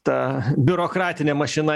ta biurokratinė mašina